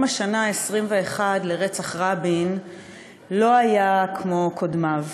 השנה ה-21 לרצח רבין לא היה כמו קודמיו.